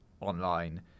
online